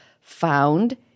found